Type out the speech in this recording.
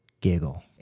giggle